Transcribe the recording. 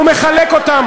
הוא מחלק אותם